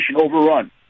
overrun